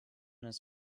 his